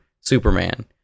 Superman